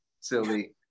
silly